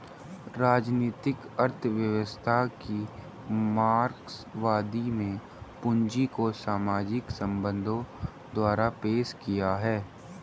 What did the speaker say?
राजनीतिक अर्थव्यवस्था की मार्क्सवादी में पूंजी को सामाजिक संबंधों द्वारा पेश किया है